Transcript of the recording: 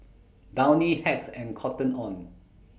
Downy Hacks and Cotton on